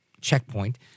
Checkpoint